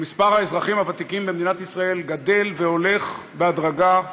ומספר האזרחים במדינת ישראל גדֵל והולך בהדרגה,